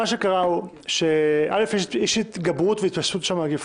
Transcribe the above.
מה שקרה זה שיש התגברות והתפשטות של המגפה,